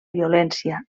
violència